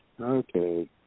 Okay